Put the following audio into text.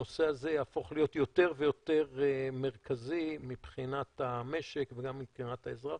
הנושא הזה יהפוך להיות יותר ויותר מרכזי מבחינת המשק וגם מבחינת האזרח,